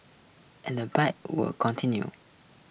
and the bike wars continue